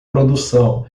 produção